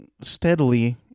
steadily